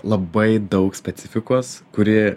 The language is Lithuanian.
labai daug specifikos kuri